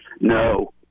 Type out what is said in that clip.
No